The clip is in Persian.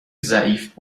ضعیف